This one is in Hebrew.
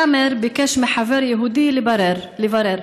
סאמר ביקש מחבר יהודי לברר,